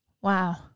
Wow